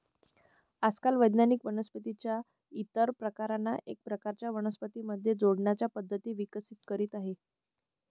आजकाल वैज्ञानिक वनस्पतीं च्या इतर प्रकारांना एका प्रकारच्या वनस्पतीं मध्ये जोडण्याच्या पद्धती विकसित करीत आहेत